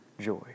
joy